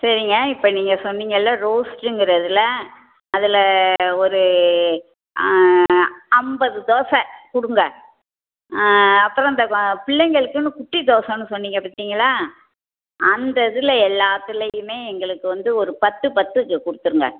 சரிங்க இப்போது நீங்கள் சொன்னீங்கள்ல ரோஸ்ட்டுங்கிறதில் அதில் ஒரு ஐம்பது தோசை கொடுங்க அப்புறம் இந்த பிள்ளைங்களுக்குனு குட்டி தோசைன்னு சொன்னீங்க பார்த்தீங்களா அந்த இதில் எல்லாத்திலையுமே எங்களுக்கு வந்து ஒரு பத்து பத்து கொடுத்துருங்க